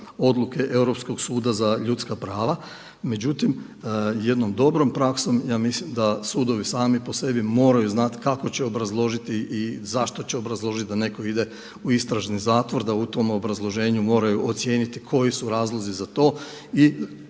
odluke Europskog suda za ljudska prava. Međutim, jednom dobrom praksom ja mislim da sudovi sami po sebi moraju znati kako će obrazložiti i zašto će obrazložiti da netko ide u istražni zatvor da u tom obrazloženju moraju ocijeniti koji su razlozi za to.